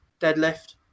deadlift